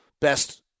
best